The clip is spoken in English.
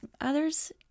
others